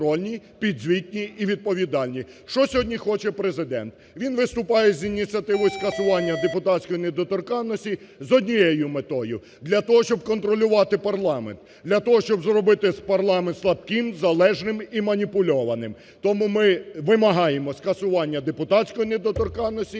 Він виступає із ініціативою скасування депутатської недоторканності з однією метою – для того, щоб контролювати парламент для того, щоб зробити парламент слабким, залежним і маніпульованим. Тому ми вимагаємо скасування депутатської недоторканності